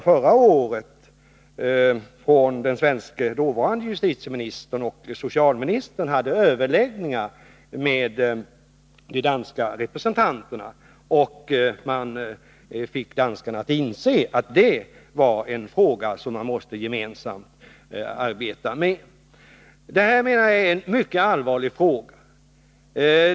Förra året hade ju Sveriges dåvarande justitieminister och socialminister överläggningar med de danska representanterna och fick då danskarna att inse att man gemensamt måste arbeta med narkotikaproblemet. Jag har här tagit upp en mycket allvarlig fråga.